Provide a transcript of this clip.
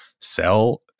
sell